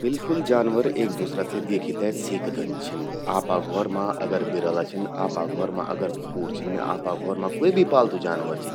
बिल्कुल...जानवर एक दूसरा से द्येखी ते सीखदन छिन। आपा घौर मां अगर बिरल़ा छिन, आपा घौर मां अगर कुकूर छिन, आपा घौर मां क्वे भी पालतू जानवर चि।